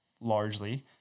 largely